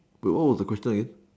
wait what was the question again